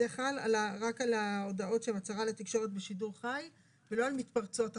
זה חל רק על ההודעות שהן הצהרה לתקשורת בשידור חי ולא על מתפרצות אחרות,